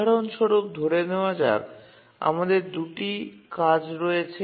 উদাহরণস্বরূপ ধরে নেওয়া যাক আমাদের ২ টি কাজ রয়েছে